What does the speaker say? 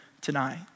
tonight